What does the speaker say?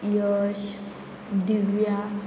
Yash Divya